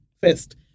first